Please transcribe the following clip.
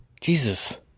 Jesus